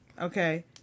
Okay